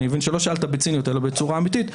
אני מבין שלא שאלת בציניות אלא בצורה אמיתית.